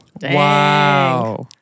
Wow